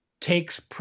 takes